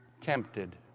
tempted